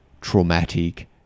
traumatic